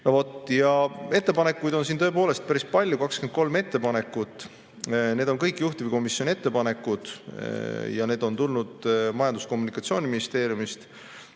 No vot, ja ettepanekuid on siin tõepoolest päris palju, 23 ettepanekut. Need on kõik juhtivkomisjoni ettepanekud, need on tulnud Majandus‑ ja Kommunikatsiooniministeeriumist